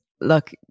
look